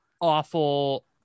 awful